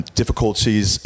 difficulties